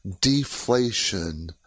deflation